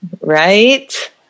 right